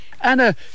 Anna